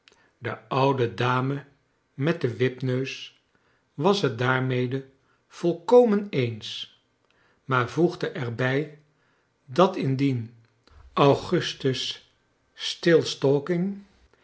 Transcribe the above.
de oude dame met den wipneus was het daarmede volkomen eens maar voegde er bij dat indien augustus